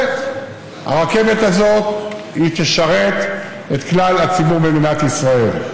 והרכבת הזאת תשרת את כלל הציבור במדינת ישראל.